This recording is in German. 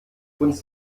uns